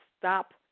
stop